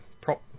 prop